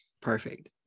Perfect